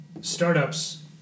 startups